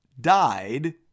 died